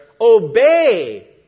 obey